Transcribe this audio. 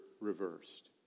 reversed